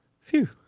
phew